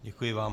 Děkuji vám.